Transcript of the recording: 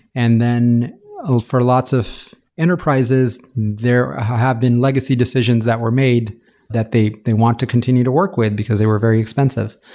and then for lots of enterprises, there have been legacy decisions that were made that they they want to continue to work with, because they were very expensive.